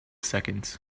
seconds